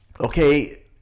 okay